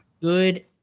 good